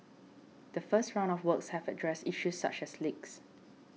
the first round of works have addressed issues such as leaks